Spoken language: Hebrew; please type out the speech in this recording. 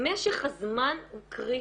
הזמן הוא קריטי,